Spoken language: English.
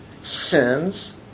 sins